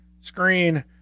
screen